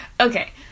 okay